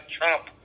Trump